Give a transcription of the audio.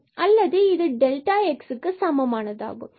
அல்லது இது x க்கு சமமானதாகும்